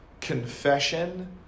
confession